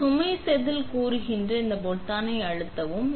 இது சுமை செதில் கூறுகின்ற இந்த பொத்தானை அழுத்தவும்